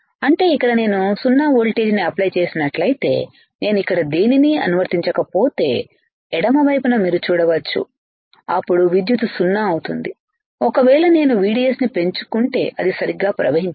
అంటే ఇక్కడ నేను 0 ఓల్టేజిని అప్లై చేసినట్లయితే నేను ఇక్కడ దేనిని అనువర్తించకపోతే ఎడమ వైపున మీరు చూడవచ్చు అప్పుడు విద్యుత్ సున్నా అవుతుంది ఒకవేళ నేను VDS పెంచుకుంటే అది సరిగ్గా ప్రవహించదు